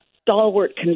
stalwart